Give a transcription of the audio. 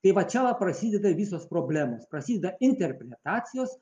tai vat čia va prasideda visos problemos prasideda interpretacijos